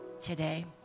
today